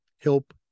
help